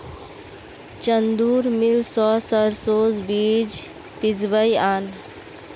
चंदूर मिल स सरसोर बीज पिसवइ आन